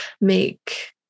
make